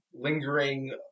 Lingering